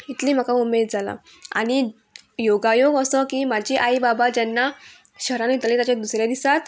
इतली म्हाका उमेद जाला आनी योगायोग असो की म्हाजी आई बाबा जेन्ना शहरान वयताली ताचे दुसऱ्या दिसात